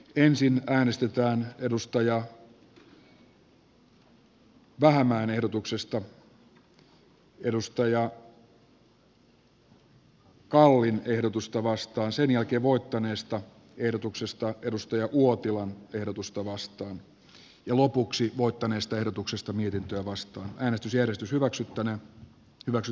ensin äänestetään timo kallin ehdotuksesta ville vähämäen ehdotusta vastaan sitten voittaneesta kari uotilan ehdotusta vastaan ja lopuksi voittaneesta mietintöä vastaan äänesti sienestys hyväksyttäneen hyväksy